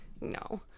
No